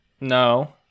No